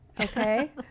Okay